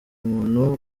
ubumuntu